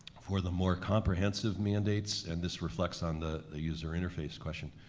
for the more comprehensive mandates, and this reflects on the the user interface question,